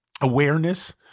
awareness